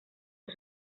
sus